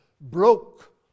broke